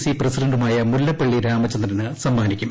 C പ്രസിഡന്റുമായ മുല്ലപ്പള്ളി രാമചന്ദ്രന് സമ്മാനിക്കും